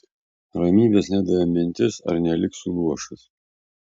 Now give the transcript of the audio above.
ramybės nedavė mintis ar neliksiu luošas